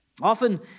Often